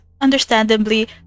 understandably